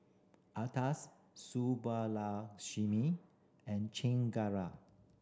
Atal Subbulakshmi and Chengara